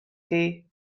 chi